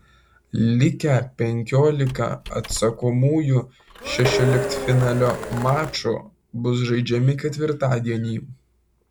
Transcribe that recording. likę penkiolika atsakomųjų šešioliktfinalio mačų bus žaidžiami ketvirtadienį